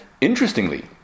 interestingly